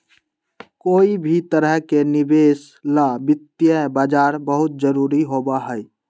कोई भी तरह के निवेश ला वित्तीय बाजार बहुत जरूरी होबा हई